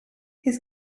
his